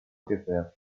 gefärbt